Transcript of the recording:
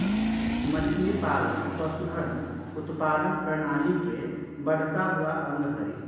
मछलीपालन पशुधन उत्पादन प्रणाली के बढ़ता हुआ अंग हई